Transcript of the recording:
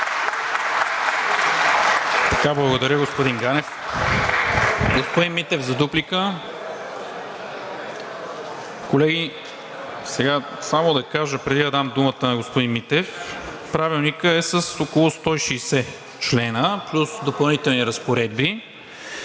Благодаря, господин Ганев.